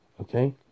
Okay